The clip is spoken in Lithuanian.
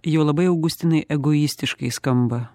jau labai augustinai egoistiškai skamba